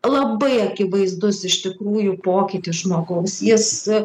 labai akivaizdus iš tikrųjų pokytis žmogaus jis